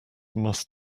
must